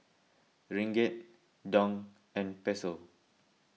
Ringgit Dong and Peso